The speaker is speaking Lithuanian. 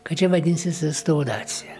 kad čia vadinsis restauracija